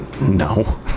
No